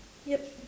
yup